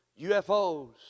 UFOs